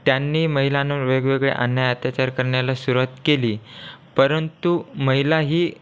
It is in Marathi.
त्यांनी महिलांवर वेगवेगळे अन्याय अत्याचार करण्याला सुरुवात केली परंतु महिला ही